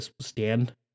stand